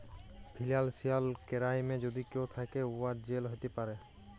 financial কেরাইমে যদি কেউ থ্যাকে, উয়ার জেল হ্যতে পারে